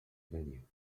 venue